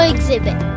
Exhibit